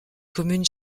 commune